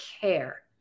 care